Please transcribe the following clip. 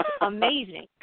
amazing